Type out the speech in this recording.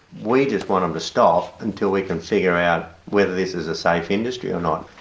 we just want them to stop until we can figure out whether this is a safe industry or not.